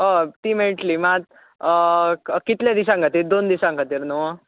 हय ती मेळटली मात कितल्या दिसांक खातीर दोन दिसांक खातीर न्हू